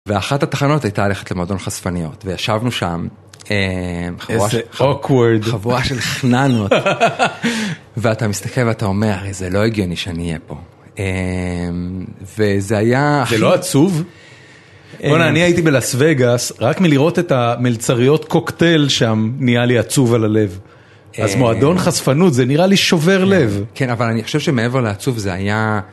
ואחת התחנות הייתה ללכת למועדון חשפניות, וישבנו שם חבורה של חננות. ואתה מסתכל ואתה אומר, זה לא הגיוני שאני אהיה פה. וזה היה... זה לא עצוב? בוא'נה, אני הייתי בלס וגאס, רק מלראות את המלצריות קוקטייל שם, נהיה לי עצוב על הלב. אז מועדון חשפנות, זה נראה לי שובר לב. כן, אבל אני חושב שמעבר לעצוב זה היה...